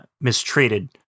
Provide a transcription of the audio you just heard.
mistreated